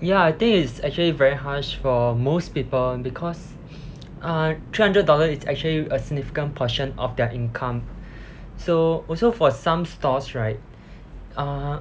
ya I think it's actually very harsh for most people because uh three hundred dollar is actually a significant portion of their income so also for some stores right uh